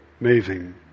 Amazing